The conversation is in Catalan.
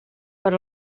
per